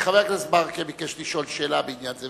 חבר הכנסת ברכה ביקש לשאול שאלה בעניין זה.